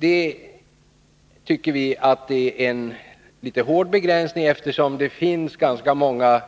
Detta tycker vi är en litet hård begränsning, eftersom det finns ganska många